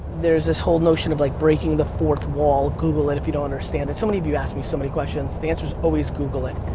there's this whole notion of like breaking the fourth wall, google it if you don't understand, and so many of you ask me so many questions the answer's always google it.